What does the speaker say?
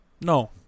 No